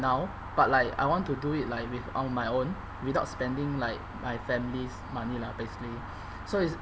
now but like I want to do it like with on my own without spending like my family's money lah basically so it's